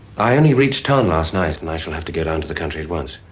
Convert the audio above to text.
i only reached town last night, and i shall have to go around to the country at once.